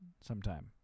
sometime